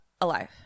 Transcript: Alive